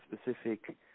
specific